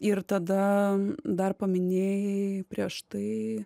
ir tada dar paminėjai prieš tai